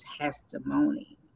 testimony